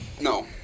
No